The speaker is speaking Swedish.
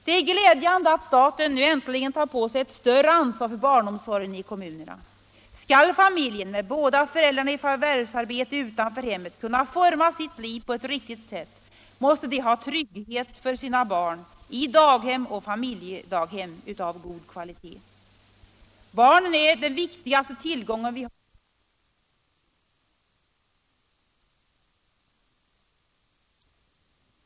Det är glädjande att staten nu äntligen tar på sig ett större ansvar för barnomsorgen i kommunerna. Skall familjen med båda föräldrarna i förvärvsarbete utanför hemmet kunna forma sitt liv på ett riktigt sätt måste föräldrarna ha trygghet för sina barn i daghem och familjedaghem av god kvalitet. Barnen är den viktigaste tillgången vi har i samhället. De har rätt att kräva att samhälle och arbetsliv tar hänsyn till barnfamiljernas situation. Detta är ett led i det jämlikhetspolitiska arbetet, och reformer på det familjepolitiska området får inte stoppas därför att vi fortfarande har stora brister i jämlikhet mellan män och kvinnor.